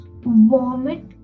vomit